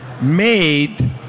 made